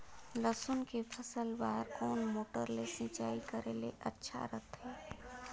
लसुन के फसल बार कोन मोटर ले सिंचाई करे ले अच्छा रथे?